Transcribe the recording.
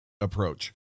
approach